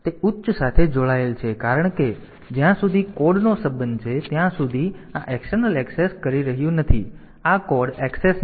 તેથી તે ઉચ્ચ સાથે જોડાયેલ છે કારણ કે જ્યાં સુધી કોડનો સંબંધ છે ત્યાં સુધી આ એક્સટર્નલ એક્સેસ કરી રહ્યું નથી આ કોડ એક્સેસ નથી